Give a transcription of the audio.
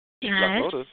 Yes